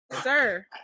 sir